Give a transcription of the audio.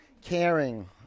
caring